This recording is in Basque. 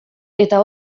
eta